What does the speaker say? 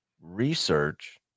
research